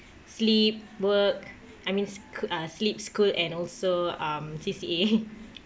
sleep work I mean sch~ uh sleep school and also um C_C_A